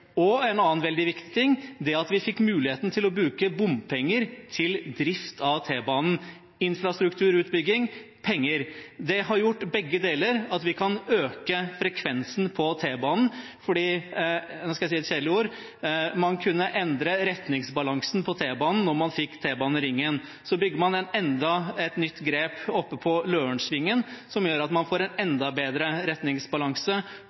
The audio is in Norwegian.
T-baneringen. En annen veldig viktig ting er at vi fikk muligheten til å bruke bompenger til drift av T-banen. Infrastrukturutbygging og penger: Begge deler har gjort at vi kan øke frekvensen på T-banen, fordi – og nå skal jeg si et kjedelig ord – man kunne endre retningsbalansen på T-banen når man fikk T-baneringen. Så tar man enda et nytt grep med Lørensvingen som gjør at man får en enda bedre retningsbalanse